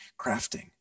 crafting